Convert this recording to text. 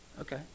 okay